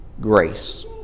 grace